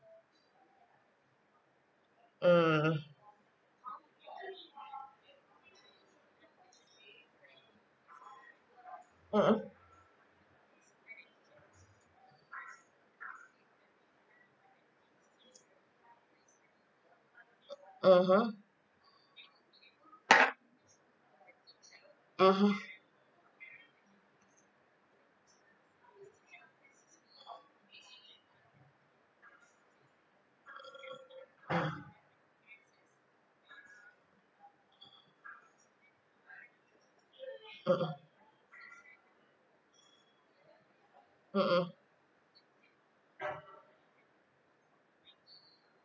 mm mm mm mmhmm mmhmm mm mm mm mm